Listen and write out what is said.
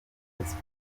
espagne